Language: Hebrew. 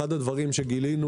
אחד הדברים שגילינו